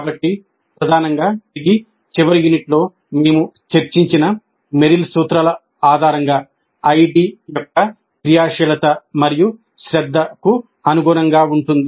కాబట్టి ప్రధానంగా ఇది చివరి యూనిట్లో మేము చర్చించిన మెరిల్ సూత్రాల ఆధారంగా ID యొక్క క్రియాశీలత మరియు శ్రద్ధకు అనుగుణంగా ఉంటుంది